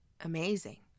amazing